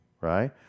Right